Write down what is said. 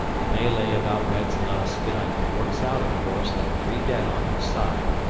the melee about red's lost gun works out, of course, at three dead on each side,